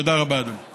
תודה רבה, אדוני.